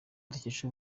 dukesha